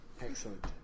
Excellent